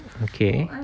okay